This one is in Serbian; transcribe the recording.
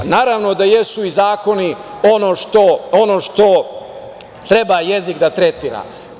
Naravno da je su i zakoni ono što treba jezik da tretira.